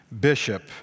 bishop